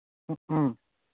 ꯎꯝ ꯎꯝ